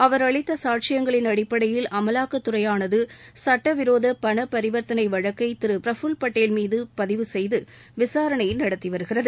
அவர் அளித்த சாட்சியங்களின் அடிப்படையில் அமலாக்கத்துறையானது சுட்டவிரோத பண பரிவர்த்தனை வழக்கை திரு பிரபுல்பட்டேல் மீது பதிவு செய்து விசாரணை நடத்தி வருகிறது